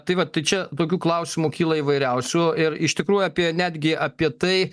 tai vat tai čia tokių klausimų kyla įvairiausių ir iš tikrųjų apie netgi apie tai